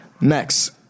next